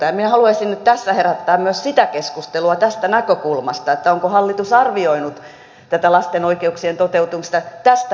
minä haluaisin nyt tässä herättää myös sitä keskustelua tästä näkökulmasta onko hallitus arvioinut tätä lasten oikeuksien toteutumista tästä näkökulmasta